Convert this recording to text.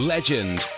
Legend